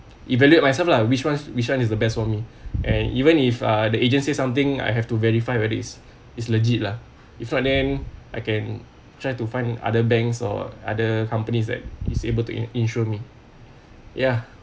evaluate myself lah which one which one is the best for me and even if uh the agent say something I have to verify whether is is legit lah if not then I can try to find other banks or other companies that is able to insure me ya